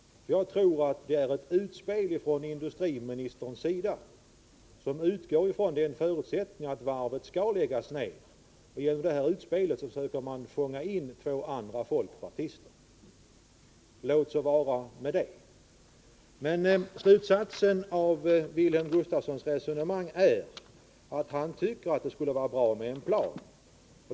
Jag tror att det här är ett utspel från industriministerns sida, som utgår från förutsättningen att varvet skall läggas ned, och genom det här utspelet försöker man fånga in två andra folkpartister. Men slutsatsen av Wilhelm Gustafssons resonemang är att han tycker att det skulle vara bra med en plan.